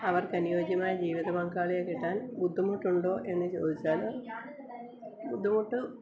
അവർക്കനിയോജ്യമായ ജീവിതപങ്കാളിയെ കിട്ടാൻ ബുദ്ധുമുട്ടുണ്ടോ എന്ന് ചോദിച്ചാൽ ബുദ്ധിമുട്ട്